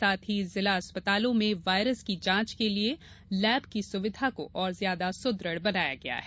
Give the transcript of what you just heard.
साथ ही जिला अस्पतालों में वायरस की जाँच के लिये लैब की सुविधा को और ज्यादा सुदृढ़ बनाया गया है